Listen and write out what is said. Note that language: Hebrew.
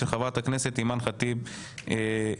של חה"כ אימן ח'טיב יאסין.